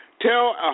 tell